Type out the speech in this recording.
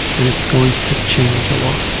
and it's going to change a lot.